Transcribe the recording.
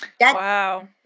Wow